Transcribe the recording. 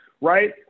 Right